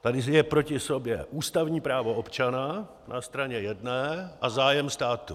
Tady je proti sobě ústavní právo občana na straně jedné a zájem státu.